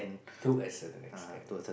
to a certain extent